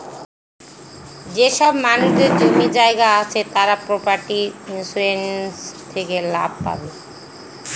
যেসব মানুষদের জমি জায়গা আছে তারা প্রপার্টি ইন্সুরেন্স থেকে লাভ পাবে